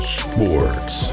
sports